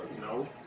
No